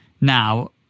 now